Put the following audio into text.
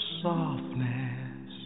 softness